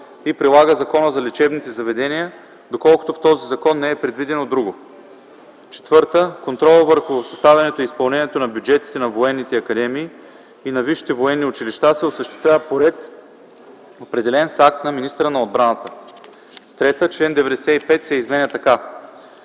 и прилага Закона за лечебните заведения, доколкото в този закон не е предвидено друго. (4) Контролът върху съставянето и изпълнението на бюджетите на Военната академия и на висшите военни училища се осъществява по ред, определен с акт на министъра на отбраната.” 3. Член 95 се изменя така: